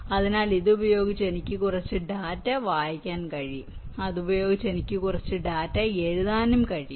അതിനാൽ ഇത് ഉപയോഗിച്ച് എനിക്ക് കുറച്ച് ഡാറ്റ വായിക്കാൻ കഴിയും ഇതുപയോഗിച്ച് എനിക്ക് കുറച്ച് ഡാറ്റ എഴുതാനും കഴിയും